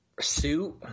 suit